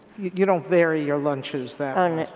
you don't vary your lunches that